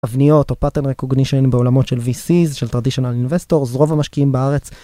אבניות או Pattern recognition בעולמות של VCs, של Traditional Investors, רוב המשקיעים בארץ.